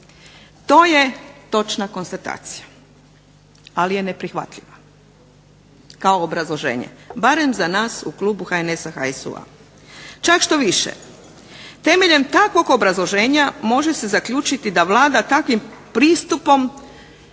to je točna konstatacija, ali je neprihvatljiva kao obrazloženje, barem za nas u klubu HNS-HSU-a. Čak štoviše temeljem takvog obrazloženja može se zaključiti da Vlada takvim pristupom